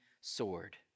sword